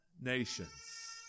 nations